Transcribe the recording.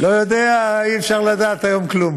לא יודע, אי-אפשר לדעת היום כלום.